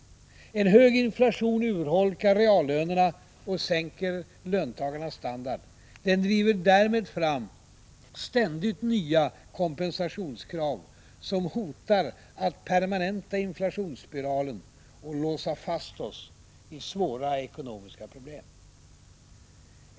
— En hög inflation urholkar reallönerna och sänker löntagarnas standard. Den driver därmed fram ständigt nya kompensationskrav, som hotar att permanenta inflationsspiralen och låsa fast oss i svåra ekonomiska problem.